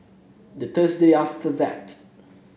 the Thursday after that